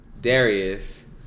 Darius